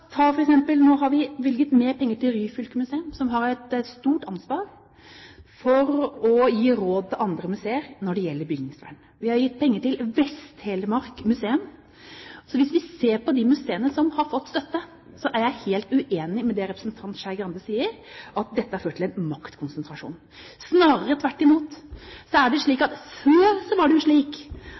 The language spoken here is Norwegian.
Nå har vi bevilget mer penger til Ryfylke Museum, som har et stort ansvar for å gi råd til andre museer når det gjelder bygningsvern. Vi har gitt penger til Vest-Telemark Museum. Hvis vi ser på de museene som har fått støtte, er jeg helt uenig i det representanten Skei Grande sier om at dette har ført til en maktkonsentrasjon. Snarere tvert imot. Før var det slik at man i denne sal eller i Kulturdepartementet bestemte hvilket museum som skulle få hvilke midler. Det